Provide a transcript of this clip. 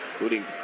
including